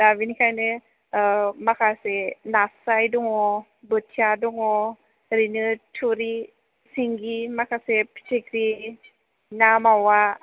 दा बिनिखायनो माखासे नास्राय दङ बोथिया दङ ओरैनो थुरि सिंगि माखासे फिथिख्रि ना मावा